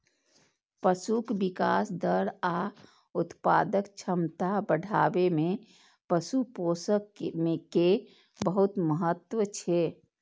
पशुक विकास दर आ उत्पादक क्षमता बढ़ाबै मे पशु पोषण के बहुत महत्व छै